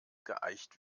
geeicht